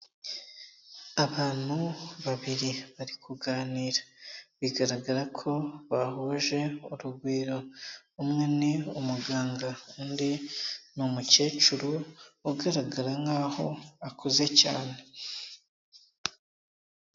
Abantu babiri bari kuganira. Bigaragara ko bahuje urugwiro. Umwe ni umuganga, undi ni umukecuru ugaragara nkaho akuze cyane.